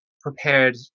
prepared